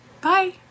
Bye